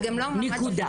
מטרת